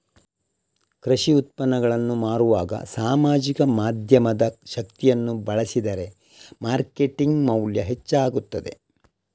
ಕೃಷಿ ಉತ್ಪನ್ನಗಳನ್ನು ಮಾರುವಾಗ ಸಾಮಾಜಿಕ ಮಾಧ್ಯಮದ ಶಕ್ತಿಯನ್ನು ಬಳಸಿದರೆ ಮಾರ್ಕೆಟಿಂಗ್ ಮೌಲ್ಯ ಹೆಚ್ಚಾಗುತ್ತದೆ